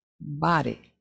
body